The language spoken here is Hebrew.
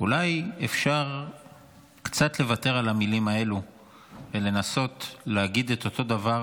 אולי אפשר קצת לוותר על המילים האלה ולנסות ולהגיד את אותו דבר